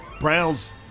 Browns